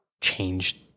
changed